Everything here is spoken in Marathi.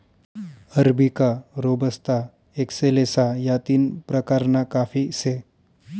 अरबिका, रोबस्ता, एक्सेलेसा या तीन प्रकारना काफी से